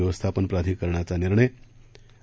व्यवस्थापन प्राधिकरणाचा निर्णय आणि